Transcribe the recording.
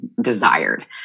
desired